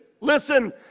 Listen